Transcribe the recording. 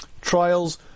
trials